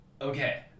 Okay